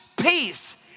peace